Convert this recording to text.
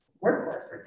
workforce